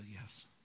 yes